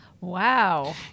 Wow